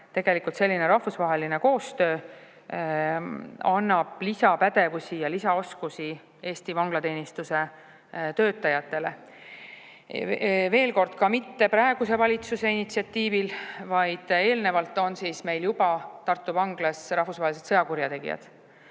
tegelikult selline rahvusvaheline koostöö annab lisapädevusi ja lisaoskusi Eesti vanglateenistuse töötajatele. Veel kord, samuti mitte praeguse valitsuse initsiatiivil, vaid juba eelneva [kokkuleppe järgi] on meil Tartu vanglas rahvusvahelised sõjakurjategijad.